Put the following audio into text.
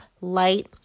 light